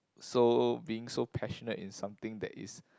so being so passionate in something that is